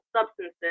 substances